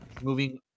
moving